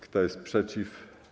Kto jest przeciw?